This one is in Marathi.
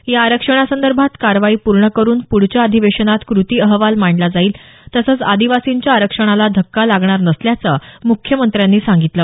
या आरक्षणासंदर्भात कारवाई पूर्ण करुन प्ढच्या अधिवेशनात कृती अहवाल मांडला जाईल तसंच आदिवासींच्या आरक्षणाला धक्का लागणार नसल्याचं मुख्यमंत्र्यांनी सांगितलं